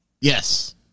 Yes